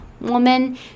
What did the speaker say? woman